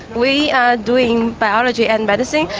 we are doing biology and medicine.